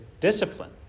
discipline